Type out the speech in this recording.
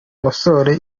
nkosore